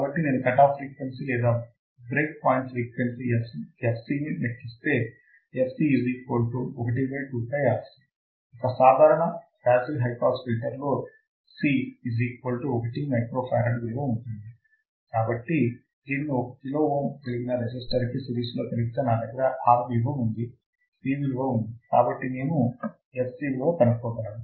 కాబట్టి నేను cutoff frequency లేదా బ్రేక్ పాయింట్ ఫ్రీక్వెన్సీ fc ని లెక్కిస్తే ఒక సాధారణ పాసివ్ హై పాస్ ఫిల్టర్ లో C 1 µF విలువ ఉంటుంది కాబట్టి దీనిని ఒక కిలో ఓం కలిగిన రెసిస్టర్ కి సిరిస్ లో కలిపితే నా దగ్గర R విలువ ఉంది C విలువ ఉంది కాబట్టి నేను fc విలువ కనుక్కోగలను